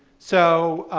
so,